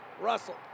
Russell